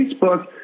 Facebook